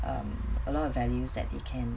um a lot of values that they can